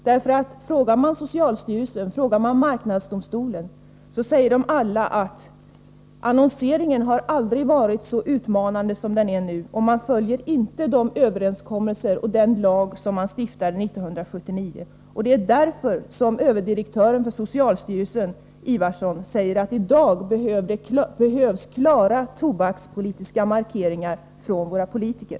Både socialstyrelsen och marknadsdomstolen hävdar att annonseringen aldrig har varit så utmanande som nu, och annonsörerna följer inte de överenskommelser som har träffats eller den lag som stiftades 1979. Det är därför som överdirektören på socialstyrelsen, Carl-Anders Ifvarsson, säger att det i dag behövs klara tobakspolitiska markeringar från våra politiker.